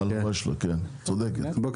אין